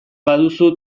baduzu